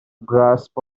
grasp